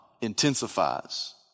intensifies